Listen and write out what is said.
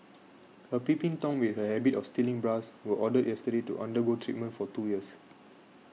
a peeping tom with a habit of stealing bras was ordered yesterday to undergo treatment for two years